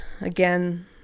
again